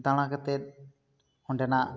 ᱫᱟᱬᱟ ᱠᱟᱛᱮ ᱚᱸᱰᱮᱱᱟᱜ